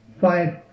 Five